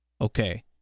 Okay